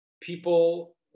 people